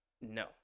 No